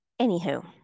Anywho